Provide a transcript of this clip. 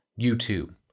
YouTube